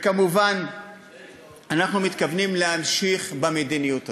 וכמובן אנחנו מתכוונים להמשיך במדיניות הזאת,